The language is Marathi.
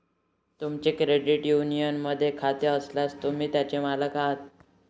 तुमचे क्रेडिट युनियनमध्ये खाते असल्यास, तुम्ही त्याचे मालक आहात